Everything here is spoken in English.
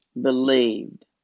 believed